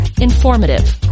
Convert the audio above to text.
informative